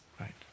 Right